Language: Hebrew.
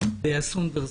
בעת אסון ורסאי.